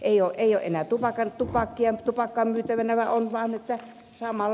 ei ole enää tupakkaa näkösällä myytävänä